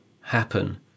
happen